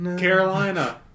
Carolina